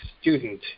student